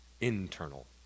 internal